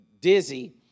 dizzy